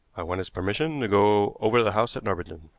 i want his permission to go over the house at norbiton.